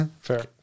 Fair